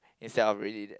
instead of ready that